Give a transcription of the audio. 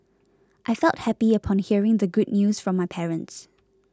I felt happy upon hearing the good news from my parents